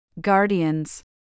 Guardians